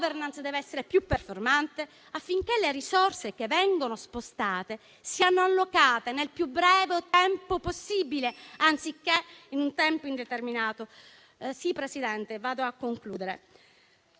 la *governance* dev'essere più performante, affinché le risorse che vengono spostate siano allocate nel più breve tempo possibile, anziché in un tempo indeterminato.